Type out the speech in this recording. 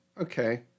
okay